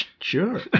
Sure